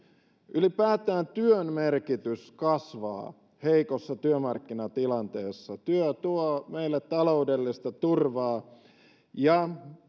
ylipäätään työn merkitys kasvaa heikossa työmarkkinatilanteessa työ tuo meille taloudellista turvaa ja